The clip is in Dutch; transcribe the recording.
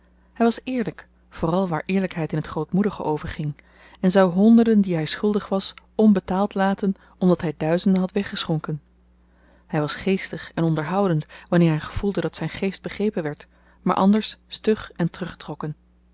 hy was eerlyk vooral waar eerlykheid in t grootmoedige overging en zou honderden die hy schuldig was onbetaald laten omdat hy duizenden had weggeschonken hy was geestig en onderhoudend wanneer hy gevoelde dat zyn geest begrepen werd maar anders stug en teruggetrokken